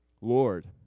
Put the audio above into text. Lord